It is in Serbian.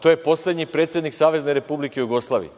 To je poslednji predsednik Savezne Republike Jugoslavije.